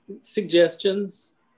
suggestions